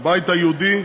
הבית היהודי,